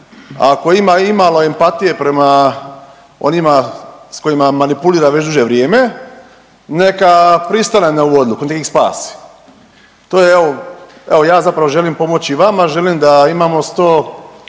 ako ima imalo empatije prema onima s kojima manipulira već duže vrijeme neka pristane na ovu odluku, nek ih spasi. To je evo, ja zapravo želim pomoći vama, želim da imamo 101